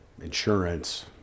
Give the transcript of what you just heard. insurance